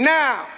Now